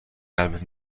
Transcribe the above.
قلبت